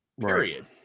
period